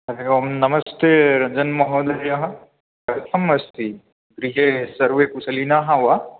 हरिः ओं नमस्ते रञ्जन् महोदय कथम् अस्ति गृहे सर्वे कुशलिनः वा